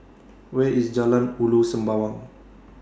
Where IS Jalan Ulu Sembawang